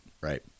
Right